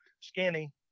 Skinny